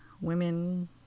women